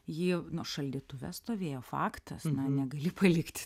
jį nu šaldytuve stovėjo faktas negali palikti